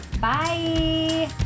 bye